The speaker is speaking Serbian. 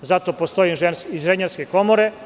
Zato postoje inženjerske komore.